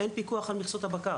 אין פיקוח כזה,